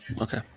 Okay